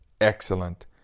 excellent